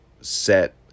set